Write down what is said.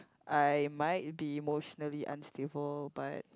I might be emotionally unstable but